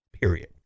period